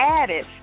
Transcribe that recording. added